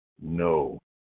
no